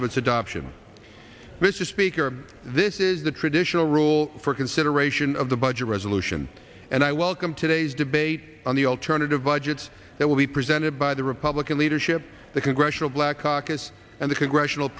speaker this is the traditional rule for consideration of the budget resolution and i welcome today's debate on the alternative budgets that will be presented by the republican leadership the congressional black caucus and the congressional